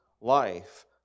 life